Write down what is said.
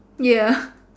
ya